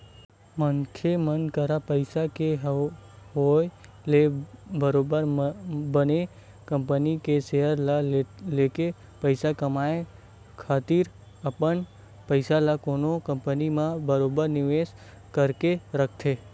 मनखे मन करा पइसा के होय ले बरोबर बने कंपनी के सेयर ल लेके पइसा कमाए खातिर अपन पइसा ल कोनो कंपनी म बरोबर निवेस करके रखथे